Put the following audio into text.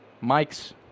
mike's